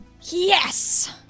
Yes